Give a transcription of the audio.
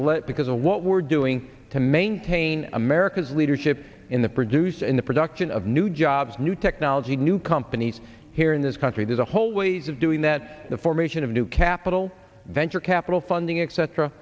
let because of what we're doing to maintain america's leadership in the produce and the production of new jobs new technology new companies here in this country there's a whole ways of doing that the formation of new capital venture capital funding e